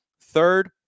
Third